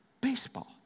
Baseball